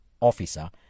officer